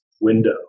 window